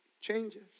changes